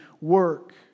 work